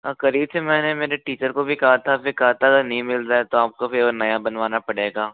हाँ करी थी मैंने मेरे टीचर को भी कहा था फिर कहा था नहीं मिल रहा है तो आपको फिर नया बनवाना पड़ेगा